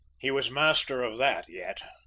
he was master of that yet.